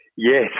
Yes